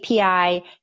API